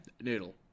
Noodle